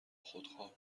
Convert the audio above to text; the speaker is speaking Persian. خودخواه